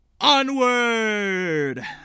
Onward